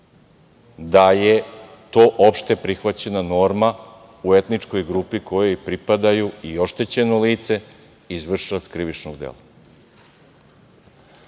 da je to opšte prihvaćena norma u etničkoj grupi kojoj pripadaju i oštećeno lice i izvršilac krivičnog dela. Sva